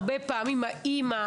הרבה פעמים האימא,